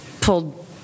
pulled